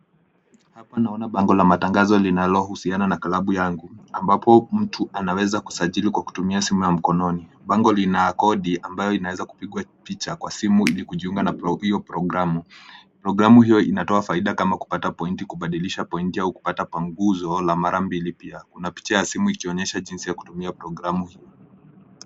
Hapa naona bango la matangazo linalohusiana na klabu yangu ambapo mtu anaweza kusajili kwa kutumia simu ya mkononi. Bango lina kodi ambayo inaweza kupigwa picha kwa simu ili kujiunga na hiyo programu. Programu hio inatoa faida kama kupata pointi, kubadilisha pointi au kupata pamguzo la mara mbili pia. Kuna picha ya simu ikionyesha jinsi ya kutumia programu hiyo.